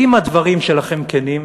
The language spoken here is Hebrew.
אם הדברים שלכם כנים,